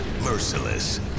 merciless